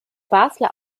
basler